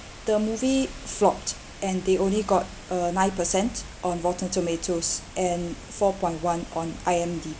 the movie flopped and they only got a nine percent on rotten tomatoes and four point one on I_M_D